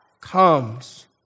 comes